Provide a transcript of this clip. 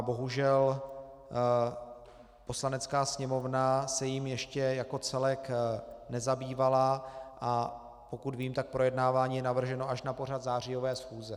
Bohužel Poslanecká sněmovna se jím ještě jako celek nezabývala, a pokud vím, projednávání je navrženo až na pořad zářijové schůze.